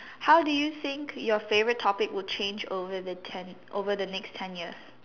how do you think your favourite topic would change over the ten over the next ten years